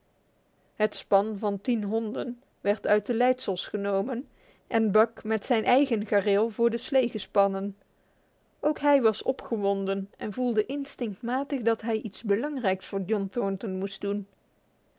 het span van tien honden werd uit de leidsels genomen en buck met zijn eigen gareel voor de slee gespannen ook hij was opgewonden en voelde instinctmatig dat hij iets belangrijks voor john thornton moest doen